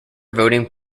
voting